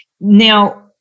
Now